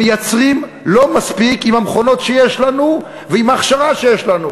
מייצרים לא מספיק עם המכונות שיש לנו ועם ההכשרה שיש לנו.